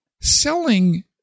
Selling